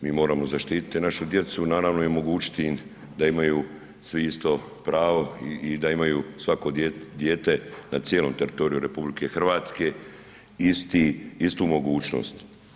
Mi moramo zaštititi našu djecu i naravno omogućiti im da imaju svi isto pravo i da imaju svako dijete na cijelom teritoriju RH isti, istu mogućnost.